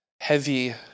heavy